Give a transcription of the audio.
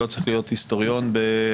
לא צריך להיות היסטוריון בקורס,